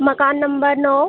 मकान नंबर नौ